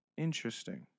Interesting